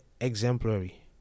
exemplary